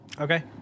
Okay